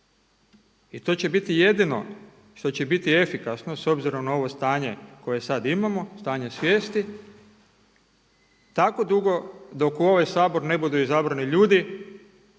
I to će biti jedino što će biti efikasno s obzirom na ovo stanje koje sad imamo, stanje svijesti tako dugo dok u ovaj Sabor ne budu izabrani ljudi